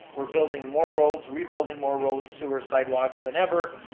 we're building more roads, rebuilding more roads, sewer, sidewalks than ever,